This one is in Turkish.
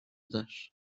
eder